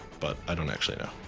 but i don't actually know.